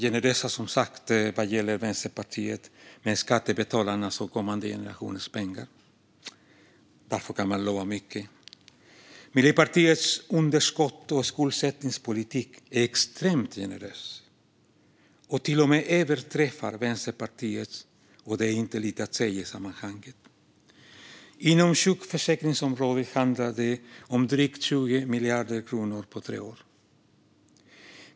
Det och Vänsterpartiet är generösa med skattebetalarnas och kommande generationers pengar. Därför kan man lova mycket. Miljöpartiets underskotts och skuldsättningspolitik är extremt generös. Den överträffar till och med Vänsterpartiets, och det säger inte lite i sammanhanget. Inom sjukförsäkringsområdet handlar det om drygt 20 miljarder kronor på tre år.